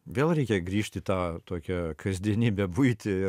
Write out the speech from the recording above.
vėl reikia grįžt į tą tokią kasdienybę buitį